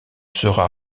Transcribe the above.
sera